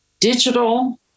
Digital